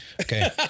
Okay